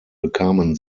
bekamen